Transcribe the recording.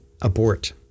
abort